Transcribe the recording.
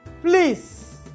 Please